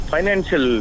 Financial